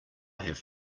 have